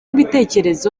ibitekerezo